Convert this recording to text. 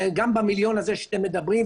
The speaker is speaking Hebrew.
וגם במיליון הזה שאתם מדברים,